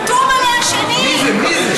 אדוני היושב-ראש.